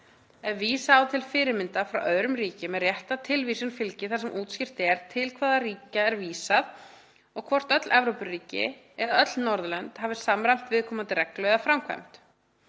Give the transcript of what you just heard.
Ef vísa á til fyrirmynda frá öðrum ríkjum er rétt að tilvísun fylgi þar sem útskýrt er til hvaða ríkja er vísað og hvort öll Evrópuríki eða öll Norðurlönd hafi samræmt viðkomandi reglu eða framkvæmd.